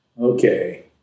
okay